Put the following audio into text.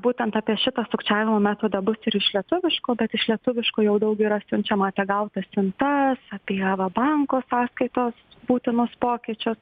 būtent apie šitą sukčiavimo metodą bus ir iš lietuviškų bet iš lietuviškų jau daug yra siunčiama apie gautas siuntas apie va banko sąskaitos būtinus pokyčius